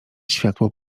światło